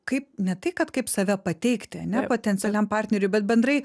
kaip ne tai kad kaip save pateikti ane potencialiam partneriui bet bendrai